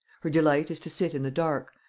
her delight is to sit in the dark,